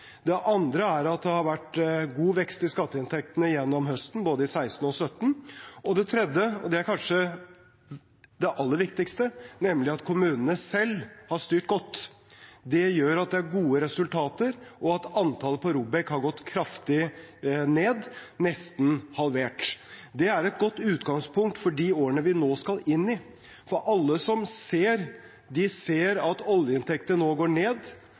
Det andre er at det har vært god vekst i skatteinntektene gjennom høsten, både i 2016 og 2017. Og det tredje – og det er kanskje det aller viktigste – er at kommunene selv har styrt godt. Det gjør at det er gode resultater, og at antallet på ROBEK har gått kraftig ned og er nesten halvert. Dette er et godt utgangspunkt for de årene vi nå skal inn i. For alle som ser, ser at oljeinntektene nå går ned,